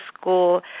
school